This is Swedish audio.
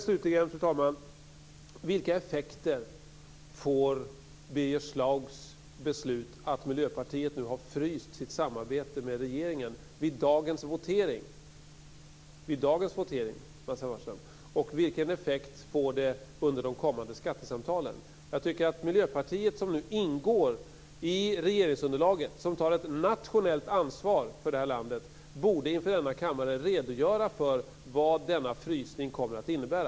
Slutligen, fru talman, vill jag fråga vilka effekter Birger Schlaugs beslut att frysa Miljöpartiets samarbete med regeringen får vid dagens votering och vilka effekter det får under de kommande skattesamtalen. Jag tycker att Miljöpartiet, som nu ingår i regeringsunderlaget och tar ett nationellt ansvar för det här landet, inför denna kammare borde redogöra för vad denna frysning kommer att innebära.